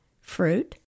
Fruit